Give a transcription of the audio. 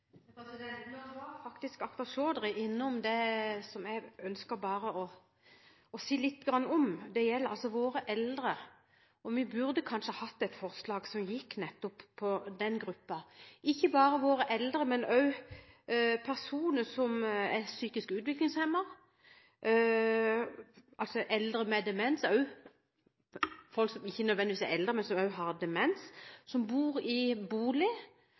Nå var Akhtar Chaudhry faktisk innom det jeg ønsket å si litt om. Det gjelder våre eldre. Vi burde kanskje hatt et forslag om nettopp den gruppen. Dette gjelder ikke bare våre eldre, men også personer som er psykisk utviklingshemmet, eldre med demens, og også folk som ikke nødvendigvis er eldre, men som også har demens, som